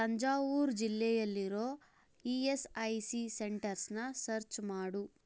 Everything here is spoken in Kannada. ತಂಜಾವೂರ್ ಜಿಲ್ಲೆಯಲ್ಲಿರೋ ಇ ಎಸ್ ಐ ಸಿ ಸೆಂಟರ್ಸನ್ನ ಸರ್ಚ್ ಮಾಡು